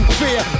fear